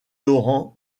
laurent